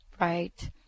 Right